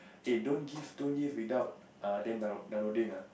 eh they don't give don't give without err them down~ downloading ah